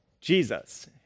Jesus